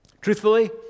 Truthfully